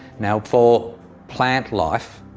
now for plant life,